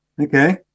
Okay